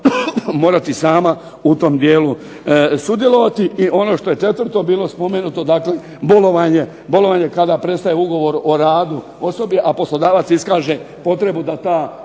morati sama u tom dijelu sudjelovati. I ono što je 4. bilo spomenuto bolovanje kada prestaje ugovor o radu osobi, a poslodavac iskaže potrebu da ta